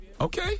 Okay